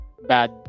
bad